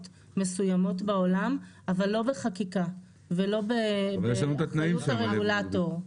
מסוימות בעולם אבל לא בחקיקה ולא באחריות הרגולטור.